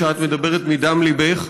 שאת מדברת מדם ליבך,